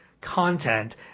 content